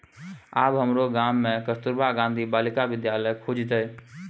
आब हमरो गाम मे कस्तूरबा गांधी बालिका विद्यालय खुजतै